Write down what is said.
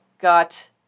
got